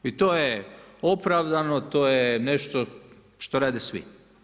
I to je opravdano, to je nešto što rade svi.